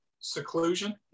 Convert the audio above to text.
seclusion